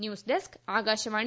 news desk Akashvani